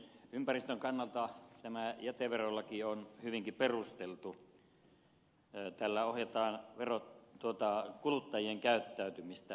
ympäristön kannalta tämä jäteverolaki on hyvinkin perusteltu tällä ohjataan kuluttajien käyttäytymistä